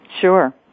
Sure